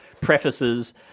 prefaces